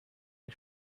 der